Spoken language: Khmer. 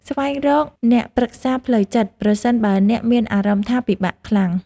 ស្វែងរកអ្នកប្រឹក្សាផ្លូវចិត្ត ប្រសិនបើអ្នកមានអារម្មណ៍ថាពិបាកខ្លាំង។